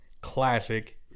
Classic